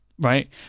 Right